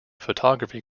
photography